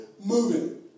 moving